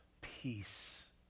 peace